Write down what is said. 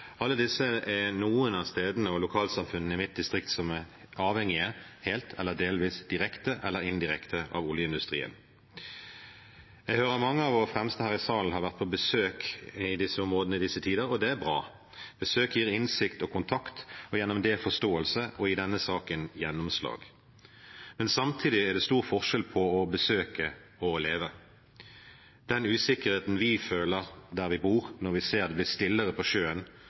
Alle disse er noen av stedene og lokalsamfunnene i mitt distrikt som er avhengig – helt eller delvis, direkte eller indirekte – av oljeindustrien. Jeg hører at mange av våre fremste her i salen har vært på besøk i disse områdene i disse tider, og det er bra. Besøk gir innsikt og kontakt og gjennom det forståelse og i denne saken gjennomslag. Samtidig er det stor forskjell på å besøke og å leve. Den usikkerheten vi føler der vi bor, når vi ser det blir stillere på sjøen,